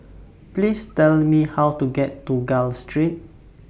Please Tell Me How to get to Gul Street